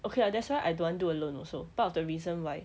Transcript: okay lah that's why I don't want do alone also part of the reason why